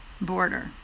border